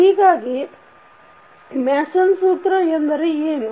ಹೀಗಾಗಿ ಮ್ಯಾಸನ್ ಸೂತ್ರ ಎಂದರೆ ಏನು